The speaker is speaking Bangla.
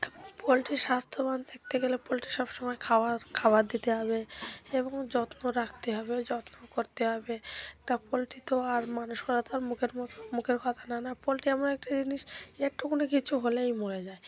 পোলট্রির স্বাস্থ্যবান থাকতে গেলে পোলট্রি সবসময় খাওয়ার খাবার দিতে হবে এবং যত্ন রাখতে হবে যত্ন করতে হবে তা পোলট্রি তো আর মানুষরা তো আর মুখের মতো মুখের কথা না না পোলট্রি এমন একটা জিনিস একটুকুনি কিছু হলেই মরে যায়